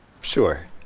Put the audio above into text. sure